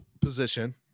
position